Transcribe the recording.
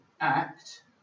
act